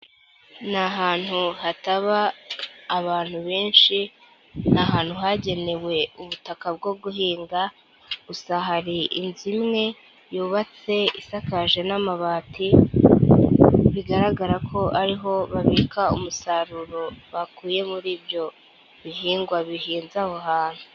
Ni ahantu hataba abantu benshi, ni ahantu hagenewe ubutaka bwo guhinga, gusa hari inzu imwe, yubatse isakaje n'amabati, bigaragara ko ariho babika umusaruro bakuye muri ibyo bihingwa bihinza aho hantu.